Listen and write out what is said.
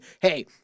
hey